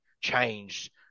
changed